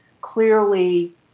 clearly